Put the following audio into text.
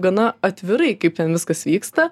gana atvirai kaip ten viskas vyksta